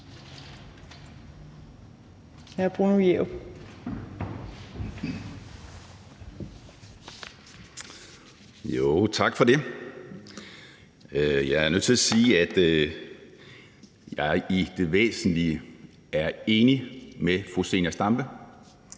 Jeg er nødt til at sige, at jeg i det væsentlige er enig med fru Zenia Stampe,